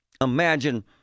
imagine